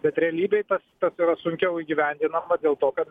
bet realybėj tas yra sunkiau įgyvendinama dėl to kad